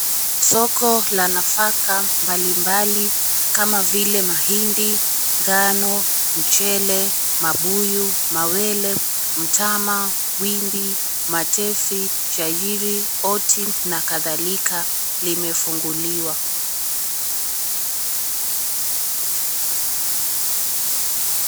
Soko la nafaka mbalimbali kama vile mahindi, ngano, mchele, mabuyu, mawele, mtama, wimbi, matefi, shahiri, oti na kadhalika limefunguliwa.